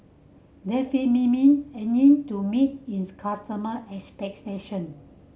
Remifemin to meet its customer expectation